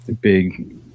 big